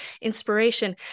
inspiration